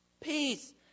peace